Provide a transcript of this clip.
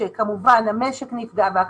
שכמובן המשק נפגע,